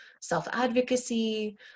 self-advocacy